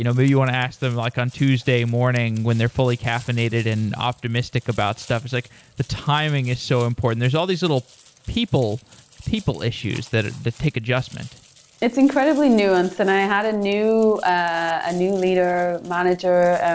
you know maybe you want to ask them like on tuesday morning when they're fully caffeinated and optimistic about stuff. it's like the timing is so important. there's all these little people people issues that ah that take adjustment it's incredibly nuanced. and i had a new ah new leader, manager, ah